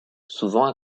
souvent